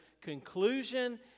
conclusion